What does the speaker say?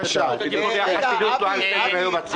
אתם הורדתם את הנושאים שעל סדר-היום הציבורי.